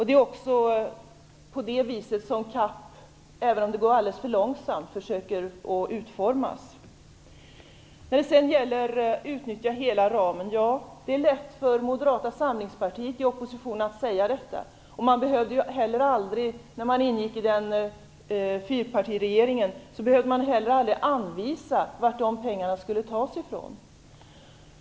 Det är också på det viset som man försöker att utforma CAP, även om det går alldeles för långsamt. Det är lätt för Moderata samlingspartiet i opposition att säga att man skall utnyttja hela ramen. När man ingick i fyrpartiregeringen behövde man heller aldrig anvisa var pengarna skulle tas ifrån.